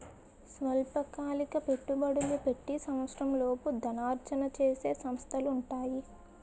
స్వల్పకాలిక పెట్టుబడులు పెట్టి సంవత్సరంలోపు ధనార్జన చేసే సంస్థలు ఉంటాయి